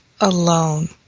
alone